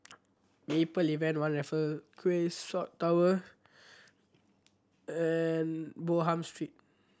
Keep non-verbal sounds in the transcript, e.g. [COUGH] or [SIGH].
Maple [UNINTELLIGIBLE] One Raffle Quay South Tower and Bonham Street